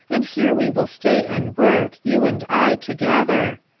and here we will stay and work, you and i together.